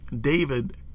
David